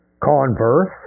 Converse